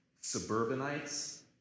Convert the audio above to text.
suburbanites